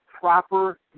proper